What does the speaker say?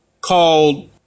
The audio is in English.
called